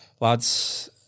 Lads